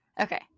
okay